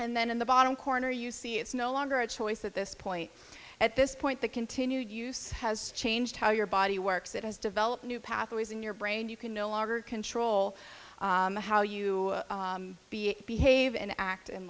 and then in the bottom corner you see it's no longer a choice at this point at this point the continued use has changed how your body works it has developed new pathways in your brain you can no longer control how you behave and act in